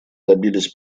добились